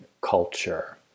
culture